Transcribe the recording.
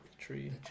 tree